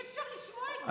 אי-אפשר לשמוע את זה כבר.